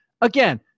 Again